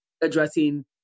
addressing